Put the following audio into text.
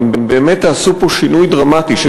אתם באמת תעשו פה שינוי דרמטי,